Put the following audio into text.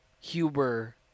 Huber